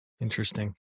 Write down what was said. Interesting